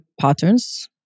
patterns